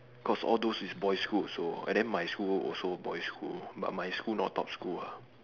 because all those is boys' school also and then my school also boys' school but my school not top school lah